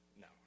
No